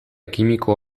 kimiko